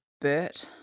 Bert